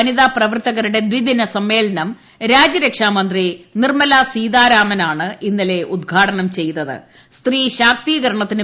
വനിതാ പ്രവർത്തകരുടെ ദ്വിദിന സമ്മേളനം രാജ്യരക്ഷാ മന്ത്രി നിർമ്മലാ സീതാരാമനാണ് ഇന്നലെ ഉദ്ഘാടനം ചെയ്തത്